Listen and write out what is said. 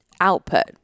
output